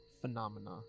phenomena